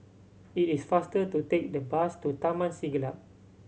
it is faster to take the bus to Taman Siglap